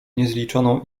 niezliczoną